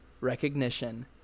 recognition